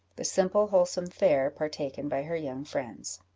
the simple wholesome fare partaken by her young friends.